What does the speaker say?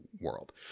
world